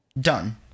Done